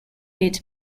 hit